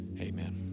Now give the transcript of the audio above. amen